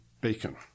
bacon